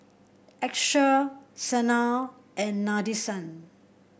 Akshay Sanal and Nadesan